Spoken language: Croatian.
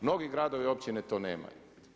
Mnogi gradovi i općine to nemaju.